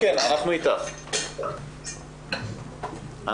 אני כן רוצה לציין בהקשר של עבודת הפרוייקטורים ברשויות המקומיות,